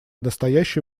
настоящий